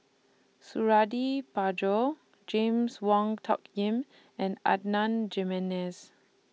Suradi Parjo James Wong Tuck Yim and Jimenez